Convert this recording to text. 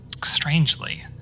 strangely